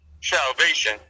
salvation